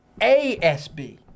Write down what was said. ASB